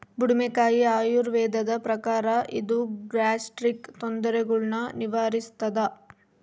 ಬುಡುಮೆಕಾಯಿ ಆಯುರ್ವೇದದ ಪ್ರಕಾರ ಇದು ಗ್ಯಾಸ್ಟ್ರಿಕ್ ತೊಂದರೆಗುಳ್ನ ನಿವಾರಿಸ್ಥಾದ